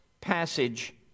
passage